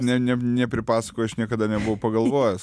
ne ne nepripasakojai aš niekada nebuvau pagalvojęs